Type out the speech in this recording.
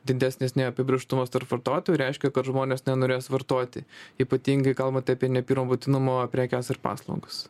didesnis neapibrėžtumas tarp vartotojų reiškia kad žmonės nenorės vartoti ypatingai kalbant apie ne pirmo būtinumo prekes ar paslaugas